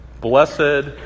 Blessed